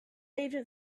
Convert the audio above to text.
agent